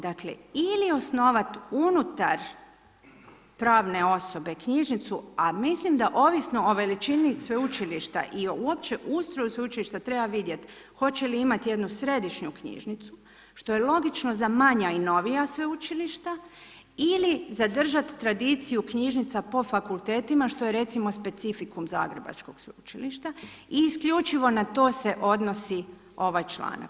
Dakle, ili osnova unutar pravne osobe knjižnicu, a mislim da ovisno o veličini i o uopće ustroju sveučilišta treba vidjeti hoće li imati jednu središnju knjižnicu što je logična za manja i novija sveučilište ili zadržat tradiciju knjižnica po fakultetima što je recimo specifikum zagrebačkog sveučilišta i isključivo na to se odnosi ovaj članak.